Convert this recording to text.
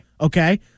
Okay